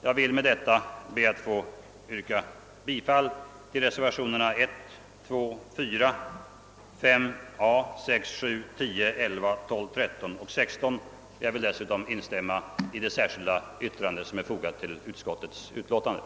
Jag ber med detta få yrka bifall till reservationerna 1, 2, 4 a, 5 a, 6, 7, 10, 11, 12, 13 och 14. Jag vill dessutom instämma i det särskilda yttrande som är fogat till utskottsutlåtandet.